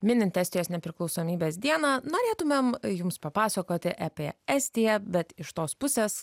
minint estijos nepriklausomybės dieną norėtumėm jums papasakoti apie estiją bet iš tos pusės